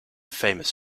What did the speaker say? famous